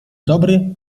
dobry